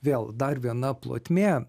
vėl dar viena plotmė